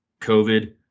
COVID